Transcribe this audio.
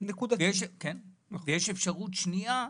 ויש אפשרות שנייה,